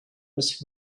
was